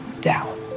down